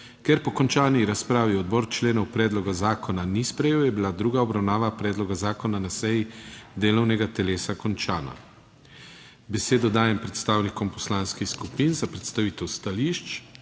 Ker po končani razpravi odbor členov predloga zakona ni sprejel, je bila druga obravnava predloga zakona na seji delovnega telesa končana. Besedo dajem predstavnikom poslanskih skupin za predstavitev stališč.